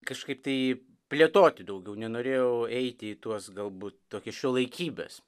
kažkaip tai plėtoti daugiau nenorėjau eiti į tuos galbūt tokį šiuolaikybes